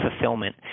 fulfillment